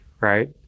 right